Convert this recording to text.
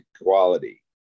equality